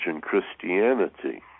Christianity